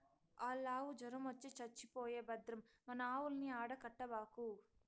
ఆల్లావు జొరమొచ్చి చచ్చిపోయే భద్రం మన ఆవుల్ని ఆడ కట్టబాకు